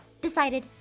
Decided